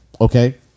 okay